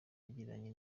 yagiranye